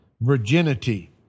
virginity